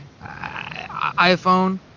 iPhone